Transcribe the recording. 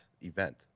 event